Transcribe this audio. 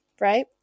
right